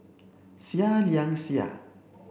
Seah Liang Seah